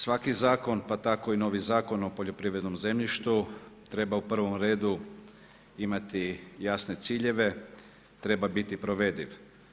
Svaki zakon, pa tako i novi Zakon o poljoprivrednom zemljištu, treba u prvom redu imati jasne ciljeve, treba biti provediv.